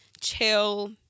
chill